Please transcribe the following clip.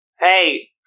Hey